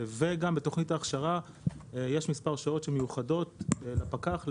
וגם בתוכנית ההכשרה יש מספר שעות שמיוחדות לפקח,